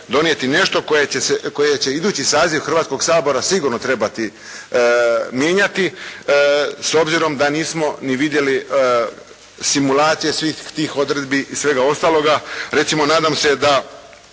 nešto koje će idući saziv Hrvatskoga sabora sigurno trebati mijenjati, s obzirom da nismo ni vidjeli simulacije svih tih odredbi i svega ostaloga.